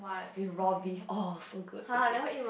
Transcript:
eat raw beef !orh! so good okay